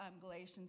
Galatians